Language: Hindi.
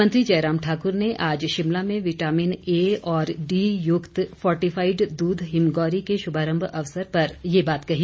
मुख्यमंत्री जयराम ठाकुर ने आज शिमला में विटामिन ए और डी युक्त फोर्टिफाईड दूध हिमगौरी के शुभारंभ अवसर पर ये बात कही